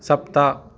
सप्त